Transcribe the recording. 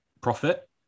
profit